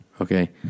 Okay